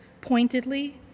pointedly